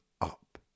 up